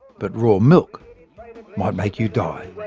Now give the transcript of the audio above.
but raw milk might make you die